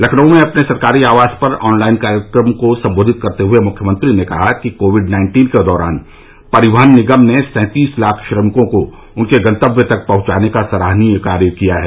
लखनऊ में अपने सरकारी आवास पर ऑनलाइन कार्यक्रम को संबोधित करते हुए मुख्यमंत्री ने कहा कि कोविड नाइन्टीन के दौरान परिवहन निगम ने सैंतीस लाख श्रमिकों को उनके गंतव्य तक पहुंचाने का सराहनीय कार्य किया है